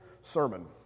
sermon